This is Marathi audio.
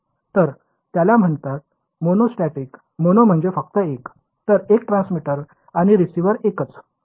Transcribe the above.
तर याला म्हणतात मोनो स्टॅटिक मोनो म्हणजे फक्त एक तर एक ट्रान्समीटर आणि रिसीव्हर एकाच ठिकाणी